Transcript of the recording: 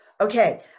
okay